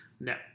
No